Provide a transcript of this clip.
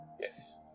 Yes